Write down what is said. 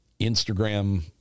Instagram